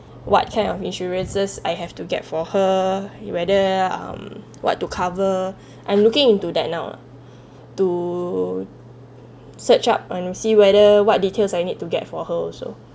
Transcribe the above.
what kind of insurances I have to get for her whether um what to cover I'm looking into that now to search up on see whether what details I need to get for her also